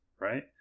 right